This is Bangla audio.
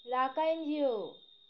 রাকা এন জি ও